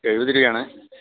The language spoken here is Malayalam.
എഴുപത് രൂപയാണ്